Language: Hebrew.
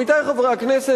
עמיתי חברי הכנסת,